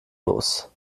los